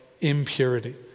impurity